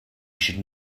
should